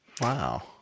Wow